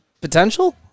potential